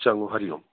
चङो हरिओम